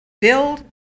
Build